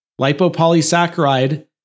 Lipopolysaccharide